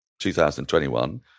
2021